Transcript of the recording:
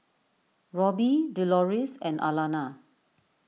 Robbie Deloris and Alana